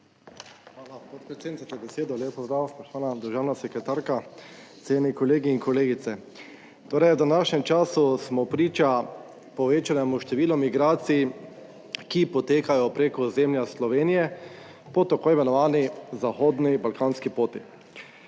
Hvala, podpredsednica, za besedo. Lep pozdrav spoštovana državna sekretarka, cenjeni kolegi in kolegice. Torej, v današnjem času smo priča povečanemu številu migracij, ki potekajo preko ozemlja Slovenije po tako imenovani Zahodni balkanski poti.